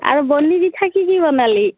আৰু বৰ্নি পিঠা কি কি বনালি